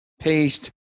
paste